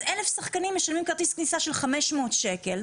אז 1,000 שחקנים משלמים כרטיס כניסה של 500 שקל.